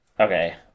Okay